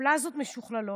הפלזמות משוכללות,